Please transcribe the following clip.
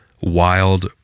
wild